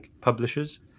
publishers